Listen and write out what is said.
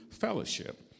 fellowship